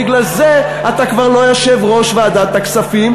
בגלל זה אתה כבר לא יושב-ראש ועדת הכספים,